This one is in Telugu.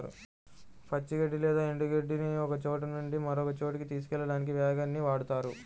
పచ్చి గడ్డి లేదా ఎండు గడ్డిని ఒకచోట నుంచి మరొక చోటుకి తీసుకెళ్ళడానికి వ్యాగన్ ని వాడుతారు